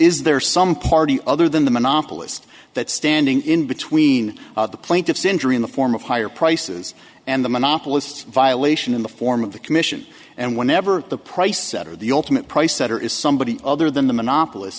is there some party other than the monopolist that standing in between the plaintiff's injury in the form of higher prices and the monopolist violation in the form of the commission and whenever the price set or the ultimate price setter is somebody other than the monopol